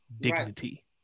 dignity